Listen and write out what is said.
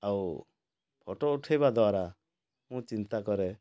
ଆଉ ଫଟୋ ଉଠାଇବା ଦ୍ୱାରା ମୁଁ ଚିନ୍ତା କରେ